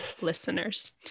listeners